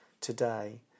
today